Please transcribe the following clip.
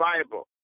Bible